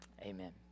Amen